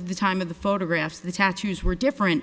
of the time of the photographs the tattoos were different